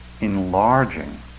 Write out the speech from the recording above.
enlarging